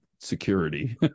security